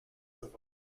know